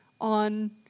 on